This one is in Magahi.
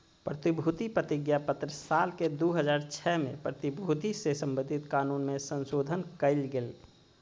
प्रतिभूति प्रतिज्ञापत्र साल के दू हज़ार छह में प्रतिभूति से संबधित कानून मे संशोधन कयल गेलय